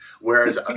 whereas